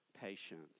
patience